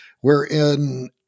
wherein